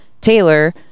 Taylor